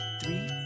three